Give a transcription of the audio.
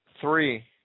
three